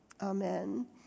Amen